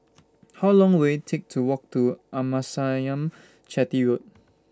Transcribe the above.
How Long Will IT Take to Walk to Amasalam Chetty Road